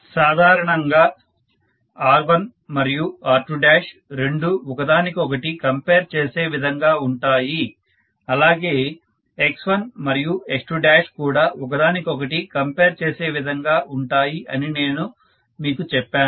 సాధారణంగా R1మరియు R2 రెండూ ఒక దానికి ఒకటి కంపేర్ చేసే విధంగా ఉంటాయి అలాగే X1 మరియు X2 కూడా ఒక దానికి ఒకటి కంపేర్ చేసే విధంగా ఉంటాయి అని నేను మీకు చెప్పాను